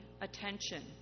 attention